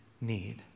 need